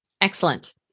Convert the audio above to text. Excellent